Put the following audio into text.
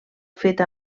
feta